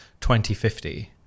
2050